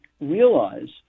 realize